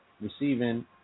receiving